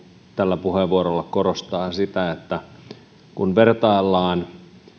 tällä puheenvuorolla korostaa ja muistutan että kun vertaillaan